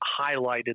highlighted